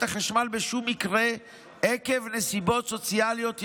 החשמל בשום מקרה עקב נסיבות סוציאליות ייחודיות.